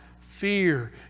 fear